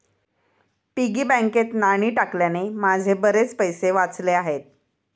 piggy बँकेत नाणी टाकल्याने माझे बरेच पैसे वाचले आहेत